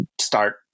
start